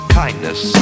kindness